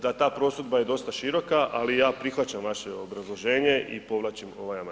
Da ta prosudba je dosta široka, ali ja prihvaćam vaše obrazloženje i povlačim ovaj amandman.